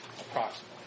Approximately